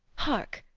hark!